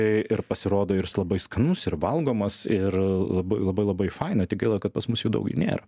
ir pasirodo jis ir labai skanus ir valgomas ir labai labai labai faina tik gaila kad pas mus jų daug jų nėra